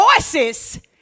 voices